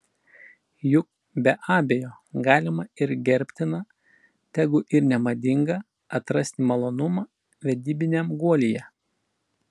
juk be abejo galima ir gerbtina tegu ir nemadinga atrasti malonumą vedybiniam guolyje